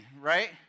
right